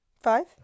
Five